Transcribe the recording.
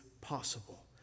possible